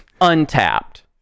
Untapped